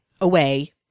away